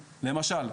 למשל,